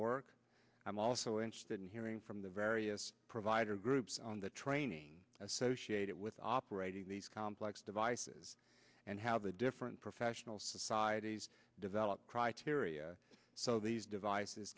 work i'm also interested in hearing from the various provider groups on the training associated with operating these complex devices and how the different professional societies develop criteria so these devices